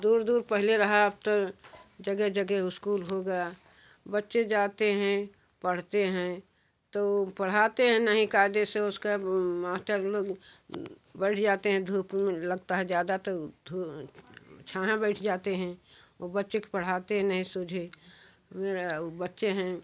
दूर दूर पहले रहा अब तो जगह जगह स्कूल हो गया बच्चे जाते हैं पढ़ते हैं तो पढ़ाते हैं नहीं कायदे से उसके मास्टर लोग बैठ जाते हैं धूप में लगता है ज़्यादा तो धू छाहा बैठ जाते हैं वो बच्चे के पढ़ाते नहीं सूझे वे बच्चें हैं